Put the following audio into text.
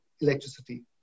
electricity